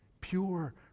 Pure